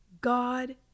God